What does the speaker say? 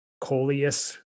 coleus